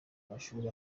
mashuri